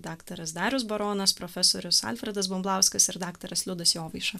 daktaras darius baronas profesorius alfredas bumblauskas ir daktaras liudas jovaiša